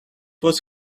was